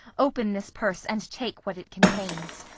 open this purse and take what it contains.